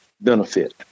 benefit